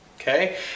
okay